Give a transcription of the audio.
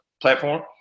platform